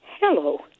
Hello